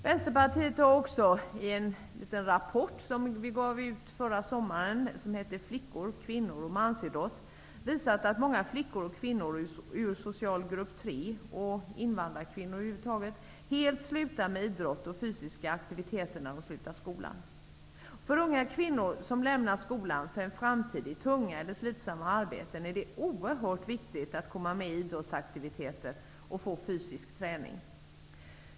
Vänsterpartiet har också i en rapport som vi gav ut förra sommaren -- ''Flickor, kvinnor och mansidrott'' -- visat att många flickor och kvinnor ur socialgrupp 3 och invandrarkvinnor över huvud taget helt slutar med idrott och fysiska aktiviteter när de slutar skolan. För unga kvinnor som lämnar skolan för en framtid i tunga och slitsamma arbeten är det oerhört viktigt att komma med i idrottsaktiviteter och få fysisk träning.